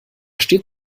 steht